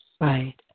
Right